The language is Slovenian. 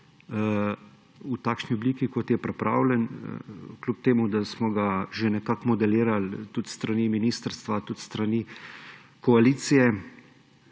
v takšni obliki, kot je pripravljen, kljub temu da smo ga že nekako modelirali tudi s strani ministrstva, tudi s strani koalicije,